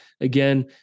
again